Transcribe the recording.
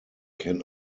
can